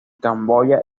camboya